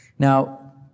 Now